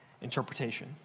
interpretation